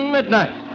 Midnight